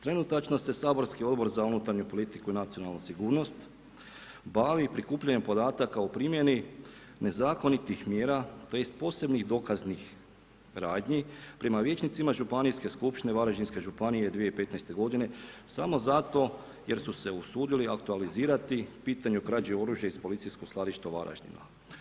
Trenutačno se saborski Odbor za unutarnju politiku i nacionalnu sigurnost bavi i prikupljanjem podataka u primjeni nezakonitih mjera tj. posebnih dokaznih radnji prema vijećnicima Županijske skupštine Varaždinske županije 2015. godine samo zato jer su se usudili aktualizirati pitanje krađe oružja iz policijskog skladišta u Varaždinu.